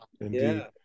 indeed